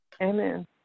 amen